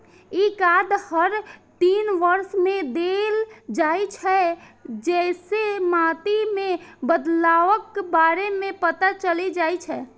ई card हर तीन वर्ष मे देल जाइ छै, जइसे माटि मे बदलावक बारे मे पता चलि जाइ छै